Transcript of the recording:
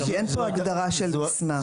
כי אין פה הגדרה של מסמך.